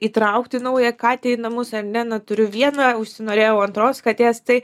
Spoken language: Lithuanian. įtraukti naują katę į namus ar ne na turiu vieną užsinorėjau antros katės tai